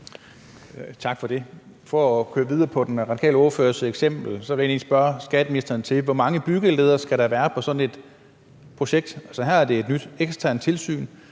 Tak for det. For at køre videre med den radikale ordførers eksempel vil jeg egentlig lige spørge skatteministeren: Hvor mange byggeledere skal der være på sådan et projekt? Altså, her er der et nyt eksternt tilsyn,